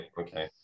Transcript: okay